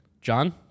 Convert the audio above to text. John